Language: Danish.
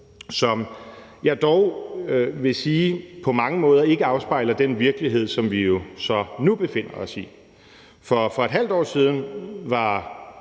som jeg dog vil sige på mange måder ikke afspejler den virkelighed, som vi jo så nu befinder os i. For for et halvt år siden var